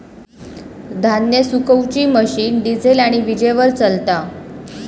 धान्य सुखवुची machine diesel आणि वीजेवर चलता